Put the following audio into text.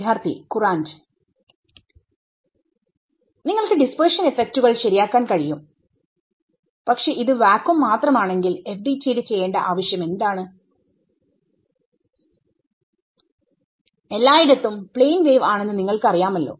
വിദ്യാർത്ഥി കുറാന്റ് നിങ്ങൾക്ക് ഡിസ്പെർഷൻ ഇഫെക്റ്റുകൾശരിയാക്കാൻ കഴിയും പക്ഷെ ഇത് വാക്വംമാത്രമാണെങ്കിൽ FDTD ചെയ്യേണ്ട ആവശ്യം എന്താണ് എല്ലായിടത്തും പ്ലെയിൻ വേവ്ആണെന്ന് നിങ്ങൾക്ക് അറിയാമല്ലോ